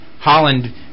Holland